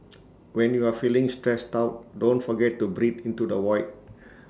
when you are feeling stressed out don't forget to breathe into the void